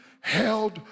held